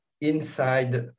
inside